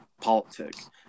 politics